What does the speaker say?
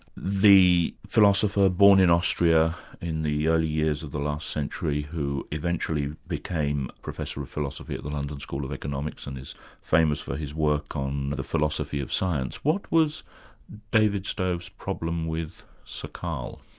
the philosopher born in austria in the early years of the last century, who eventually became professor of philosophy at the london school of economics and is famous for his work on the philosophy of science. what was david stove's problem with sir karl?